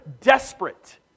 desperate